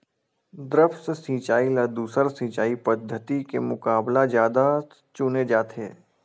द्रप्स सिंचाई ला दूसर सिंचाई पद्धिति के मुकाबला जादा चुने जाथे